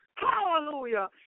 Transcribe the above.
Hallelujah